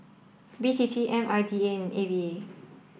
B T T I M D A and A V A